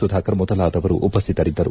ಸುಧಾಕರ್ ಮೊದಲಾದವರು ಉಪ್ಕಿತರಿದ್ದರು